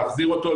להחזיר אותו,